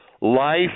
life